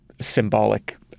symbolic